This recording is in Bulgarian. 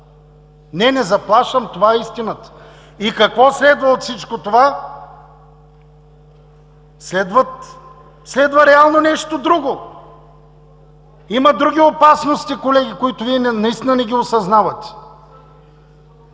Не, не заплашвам. Това е истината! Какво следва от всичко това? Следва реално нещо друго. Има други опасности, колеги, които Вие наистина не осъзнавате!